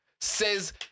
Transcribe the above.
says